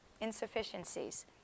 insufficiencies